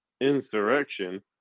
insurrection